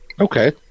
Okay